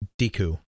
Diku